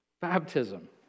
Baptism